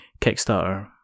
Kickstarter